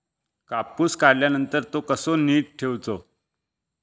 कापूस काढल्यानंतर तो कसो नीट ठेवूचो?